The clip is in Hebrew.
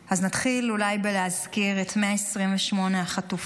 אז נתחיל אולי בלהזכיר את 128 החטופים,